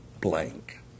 blank